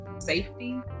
safety